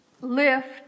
lift